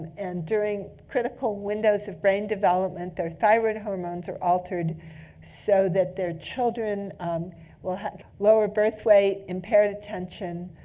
and during critical windows of brain development, their thyroid hormones are altered so that their children will have lower birth rate, impaired attention,